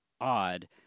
odd